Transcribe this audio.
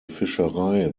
fischerei